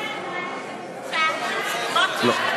לא.